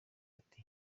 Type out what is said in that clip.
ati